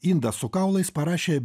indas su kaulais parašė